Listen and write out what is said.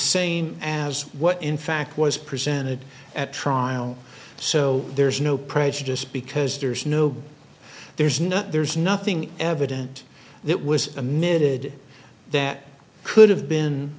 same as what in fact was presented at trial so there's no prejudice because there's no there's not there's nothing evident that was a mid that could have been